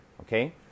okay